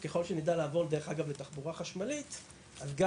שהיחידות הפחמיות ממילא במינימום, לא